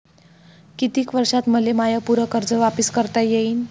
कितीक वर्षात मले माय पूर कर्ज वापिस करता येईन?